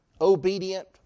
obedient